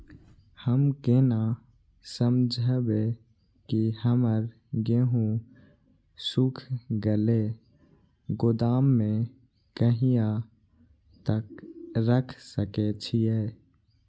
हम केना समझबे की हमर गेहूं सुख गले गोदाम में कहिया तक रख सके छिये?